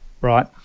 Right